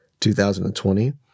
2020